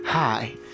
Hi